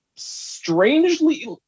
Strangely